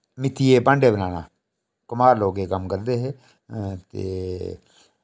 मिट्टिये दे भांडे बनाने कुम्हार लोग एह् कम्म करदे हे ते